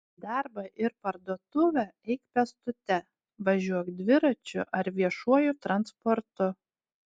į darbą ir parduotuvę eik pėstute važiuok dviračiu ar viešuoju transportu